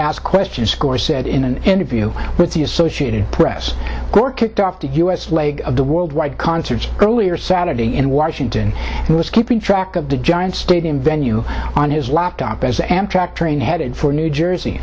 ask questions gore said in an interview with the associated press gore kicked off the u s leg of the worldwide concerts earlier saturday in washington and was keeping track of the giant stadium venue on his laptop as an amtrak train headed for new jersey